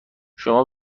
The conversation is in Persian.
شما